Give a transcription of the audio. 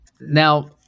Now –